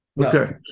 Okay